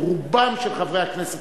או רובם של חברי הכנסת,